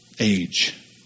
age